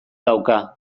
dauka